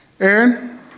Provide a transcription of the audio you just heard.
Aaron